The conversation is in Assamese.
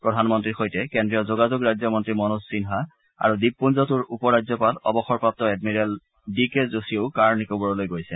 প্ৰধানমন্ত্ৰীৰ সৈতে কেন্দ্ৰীয় যোগাযোগ ৰাজ্য মন্ত্ৰী মনোজ সিনহা আৰু দ্বীপপুঞ্জটোৰ উপৰাজ্যপাল অৱসৰপ্ৰাপ্ত এডমিৰেল ডি কে যোশীও কাৰ নিকোবৰলৈ গৈছে